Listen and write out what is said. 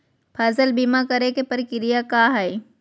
फसल बीमा करे के प्रक्रिया का हई?